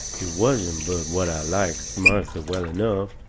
it wasn't but what i liked martha well enough.